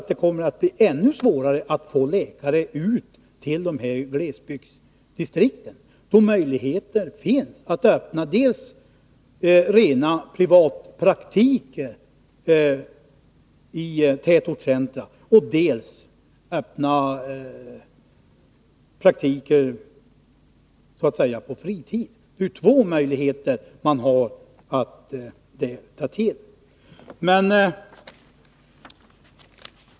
Det kommer att bli ännu svårare att få läkare ut till glesbygdsdistrikten då möjlighet finns att öppna dels rena privatpraktiker i tätortscentra, dels fritidspraktik. Det är alltså två möjligheter man har att ta till.